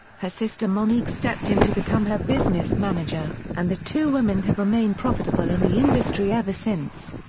her sister monique stepped in to become her business manager, and the two women have remained profitable in the industry ever since.